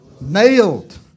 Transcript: Nailed